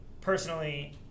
personally